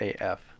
AF